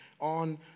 on